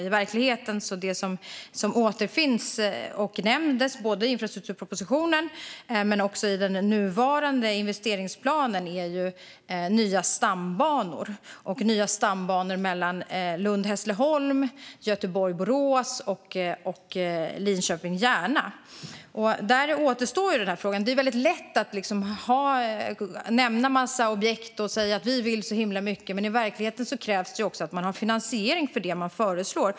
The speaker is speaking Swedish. I verkligheten kan vi se att det som återfinns och nämndes i infrastrukturpropositionen och i den nuvarande investeringsplanen är nya stambanor mellan Lund och Hässleholm, Göteborg och Borås samt Linköping och Järna. Det är lätt att nämna en mängd objekt och säga att man vill så mycket, men i verkligheten krävs en finansiering för det man föreslår.